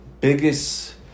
biggest